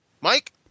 Mike